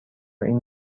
این